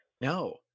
No